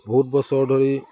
বহুত বছৰ ধৰি